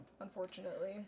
unfortunately